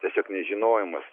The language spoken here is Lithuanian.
tiesiog nežinojimas